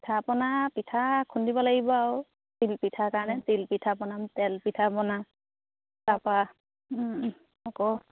পিঠা পনা পিঠা খুন্দিব লাগিব আৰু তিল পিঠাৰ কাৰণে তিলপিঠা বনাম তেল পিঠা বনাম তাৰ পৰা আকৌ